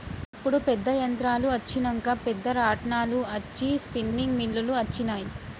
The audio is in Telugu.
ఇప్పుడు పెద్ద యంత్రాలు అచ్చినంక పెద్ద రాట్నాలు అచ్చి స్పిన్నింగ్ మిల్లులు అచ్చినాయి